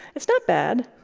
it's not bad.